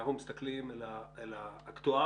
כשאנחנו מסתכלים לאקטואריה.